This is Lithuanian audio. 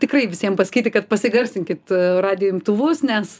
tikrai visiem pasakyti kad pasigarsinkit radijo imtuvus nes